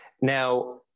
Now